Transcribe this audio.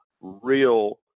real